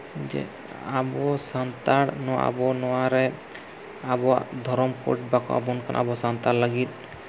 ᱡᱮ ᱟᱵᱚ ᱥᱟᱱᱛᱟᱲ ᱱᱚᱣᱟ ᱟᱵᱚ ᱱᱚᱣᱟᱨᱮ ᱟᱵᱚᱣᱟᱜ ᱫᱷᱚᱨᱚᱢ ᱠᱳᱰ ᱵᱟᱠᱚ ᱮᱢᱟᱵᱚᱱ ᱠᱟᱱᱟ ᱟᱵᱚ ᱥᱟᱱᱛᱟᱲ ᱞᱟᱹᱜᱤᱫ